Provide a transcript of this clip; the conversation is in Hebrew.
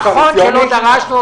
נכון שלא דרשנו.